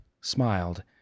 smiled